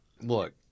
look